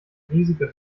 riesige